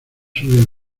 subir